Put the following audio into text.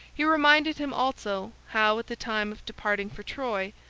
he reminded him also how, at the time of departing for troy,